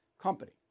company